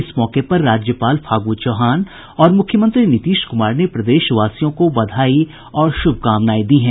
इस मौके पर राज्यपाल फागू चौहान और मुख्यमंत्री नीतीश कुमार ने प्रदेशवासियों को बधाई और शुभकामनाएं दी हैं